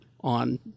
on